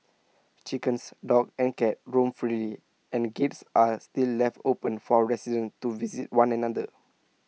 chickens dogs and cats roam freely and gates are still left open for residents to visit one another